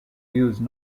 used